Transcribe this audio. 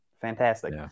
Fantastic